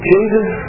Jesus